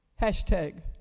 Hashtag